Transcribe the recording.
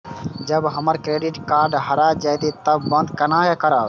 जब हमर credit card हरा जयते तब बंद केना करब?